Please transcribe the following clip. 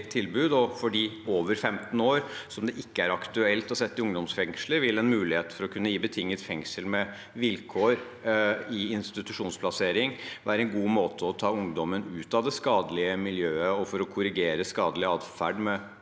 dem som er over 15 år, og som det ikke er aktuelt å sette i ungdomsfengsel, vil en mulighet for å kunne gi betinget fengsel med vilkår i institusjonsplassering være en god måte å ta ungdommen ut av det skadelige miljøet og korrigere skadelig adferd på, med sterkt